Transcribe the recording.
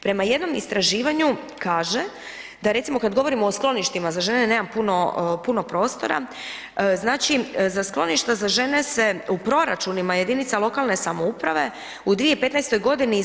Prema jednom istraživanju kaže da recimo kad govorimo o skloništima za žene, nemam puno prostora, znači za skloništa za žene se u proračunima jedinica lokalne samouprave u 2015. godini